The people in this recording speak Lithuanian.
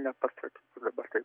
nepasakysiu dabar taip